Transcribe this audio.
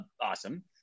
awesome